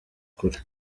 kure